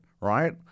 right